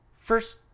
first